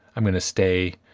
i'm gonna stay